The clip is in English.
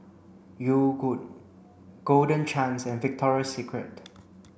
Yogood Golden Chance and Victoria Secret